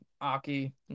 Aki